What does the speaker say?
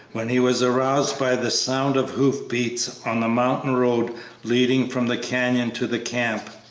when he was aroused by the sound of hoof-beats on the mountain road leading from the canyon to the camp.